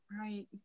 right